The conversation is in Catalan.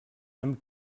amb